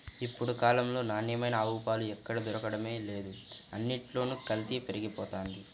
ఇప్పుడు కాలంలో నాణ్యమైన ఆవు పాలు ఎక్కడ దొరకడమే లేదు, అన్నిట్లోనూ కల్తీ పెరిగిపోతంది